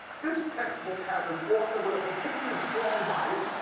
this textbook has an author with a particularly strong bias.